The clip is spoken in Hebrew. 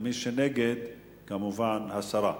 ומי שנגד, כמובן הסרה.